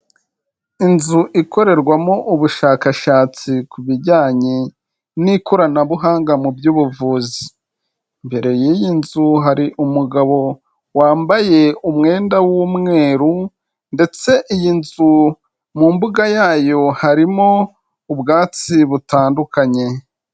Inzu ikorerwamo ubushakashatsi ku bijyanye n'ikoranabuhanga mu by'ubuvuzi. Imbere y'iyi nzu hari umugabo wambaye umwenda w'umweru, ndetsei iyi nzu mu mbuga yayo harimo ubwatsi butandukanye.